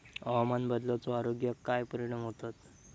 हवामान बदलाचो आरोग्याक काय परिणाम होतत?